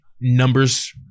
numbers